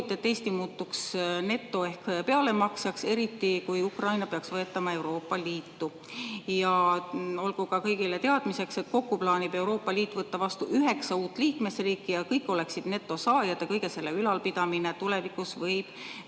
et Eesti muutuks neto‑ ehk pealemaksjaks, eriti kui Ukraina peaks võetama Euroopa Liitu. Olgu kõigile teadmiseks, kokku plaanib Euroopa Liit võtta vastu üheksa uut liikmesriiki ja kõik oleksid netosaajad ning kõige selle ülalpidamine tulevikus võib